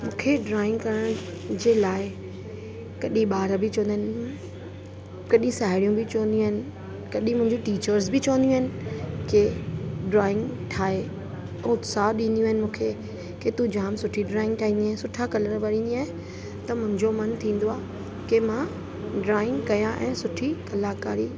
मूंखे ड्रॉइंग करण जे लाइ कॾहिं ॿार बि चवंदा आहिनि कॾहिं साहेड़ियूं बि चवंदियूं आहिनि कॾहिं मुंहिंजी टीचर्स बि चवंदियूं आहिनि कि ड्रॉइंग ठाहे उत्साह ॾींदियूं आहिनि मूंखे कि तूं जाम सुठी ड्रॉइंग ठाहींदी आहे सुठा कलर भरींदी आहे त मुंहिंजो मनु थींदो आहे कि मां ड्रॉइंग कयां ऐं सुठी कलाकारी